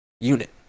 unit